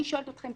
אני שואלת אתכם,